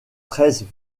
treize